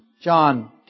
John